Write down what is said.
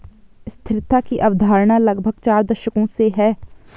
स्थिरता की अवधारणा लगभग चार दशकों से है